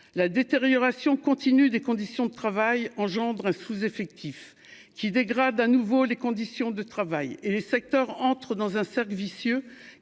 la détérioration continue des conditions de travail engendre un sous-effectif qui dégradent à nouveau les conditions de travail et les secteurs entrent dans un cercle vicieux